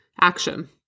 action